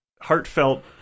heartfelt